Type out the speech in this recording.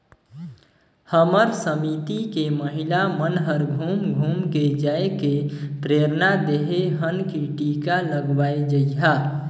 हमर समिति के महिला मन हर घुम घुम के जायके प्रेरना देहे हन की टीका लगवाये जइहा